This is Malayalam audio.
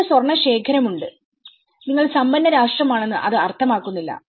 നിങ്ങൾക്ക് സ്വർണ്ണ ശേഖരം ഉണ്ട് നിങ്ങൾ സമ്പന്ന രാഷ്ട്രമാണെന്ന് അത് അർത്ഥമാക്കുന്നില്ല